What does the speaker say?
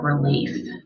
relief